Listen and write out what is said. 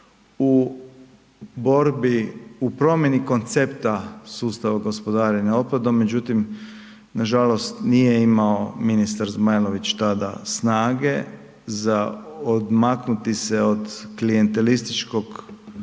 u promjeni koncepta sustava gospodarenja otpadom, međutim nažalost nije imao ministar Zmajlović tada snage za odmaknuti se od klijentelističkog smjera